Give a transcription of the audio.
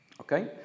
Okay